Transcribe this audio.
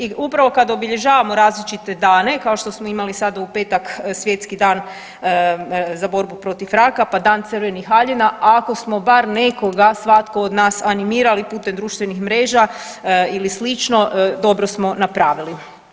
I upravo kad obilježavamo različite dane kao što smo imali sada u petak Svjetski dan za borbu protiv raka, pa Dan crvenih haljina ako smo bar nekoga svatko od nas animirali putem društvenih mreža ili slično dobro smo napravili.